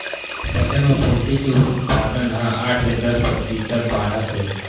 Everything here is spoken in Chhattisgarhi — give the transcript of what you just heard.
बछर म पोल्टी के उत्पादन ह आठ ले दस परतिसत बाड़हत हे